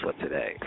today